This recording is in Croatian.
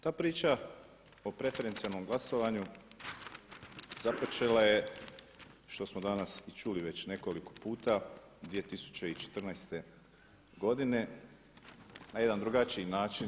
Ta priča o preferencijalnom glasovanju započela je što smo danas i čuli već nekoliko puta 2014. godine na jedan drugačiji način.